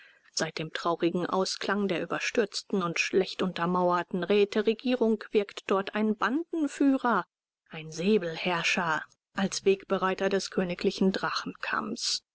seit dem traurigen ausklang der überstürzten und schlecht untermauerten räteregierung wirkt dort ein bandenführer ein säbelherrscher als wegbereiter des königlichen